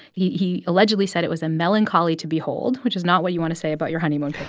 he he allegedly said it was a melancholy to behold, which is not what you want to say about your honeymoon